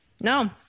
No